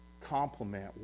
complement